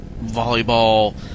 volleyball